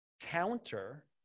counter